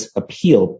appeal